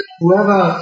whoever